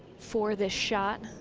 for the shot.